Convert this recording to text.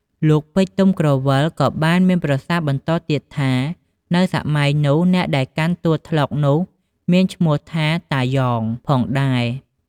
លោក ពេជ្រ ទុំក្រវ៉ិល ក៏បានមានប្រសាសន៍បន្តទៀតថា នៅសម័យនោះ អ្នកដែលកាន់តួត្លុកនោះមានឈ្មោះថា “តាយ៉ង” ផងដែរ ។